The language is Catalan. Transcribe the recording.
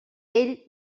ell